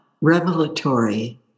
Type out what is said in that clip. revelatory